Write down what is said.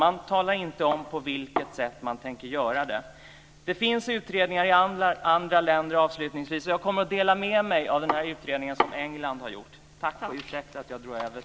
Man talar inte om på vilket sätt man tänker göra det. Det finns utredningar i andra länder. Jag kommer att dela med mig av den utredning som man har gjort i England.